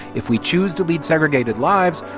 if we choose to lead segregated lives,